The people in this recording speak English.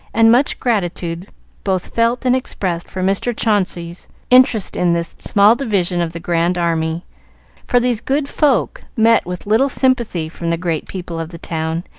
and much gratitude both felt and expressed for mr. chauncey's interest in this small division of the grand army for these good folk met with little sympathy from the great people of the town,